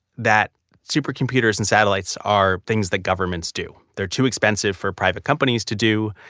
that supercomputers and satellites are things that governments do. they're too expensive for private companies to do.